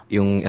Yung